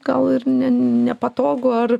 gal ir nepatogu ar